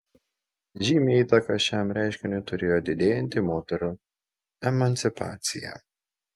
žymią įtaką šiam reiškiniui turėjo didėjanti moterų emancipacija